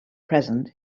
present